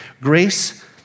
Grace